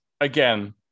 again